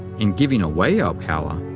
in giving away our power,